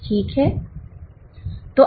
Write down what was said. ठीक हैं